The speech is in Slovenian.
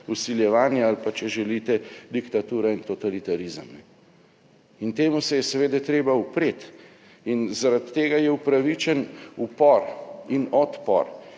vsiljevanje ali pa, če želite, diktatura in totalitarizem. In temu se je seveda treba upreti. In zaradi tega je upravičen upor in odpor